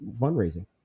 fundraising